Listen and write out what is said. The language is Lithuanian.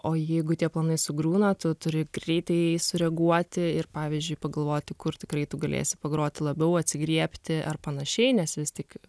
o jeigu tie planai sugriūna tu turi greitai sureaguoti ir pavyzdžiui pagalvoti kur tikrai tu galėsi pagroti labiau atsigriebti ar panašiai nes vis tik